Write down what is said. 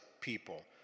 people